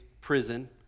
prison